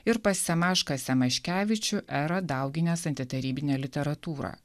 ir pas semašką semaškevičių erą dauginęs antitarybinę literatūrą